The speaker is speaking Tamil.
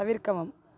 தவிர்க்கவும்